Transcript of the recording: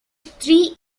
three